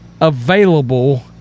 available